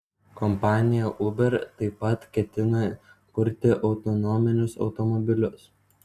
kompanija uber taip pat ketina kurti autonominius automobilius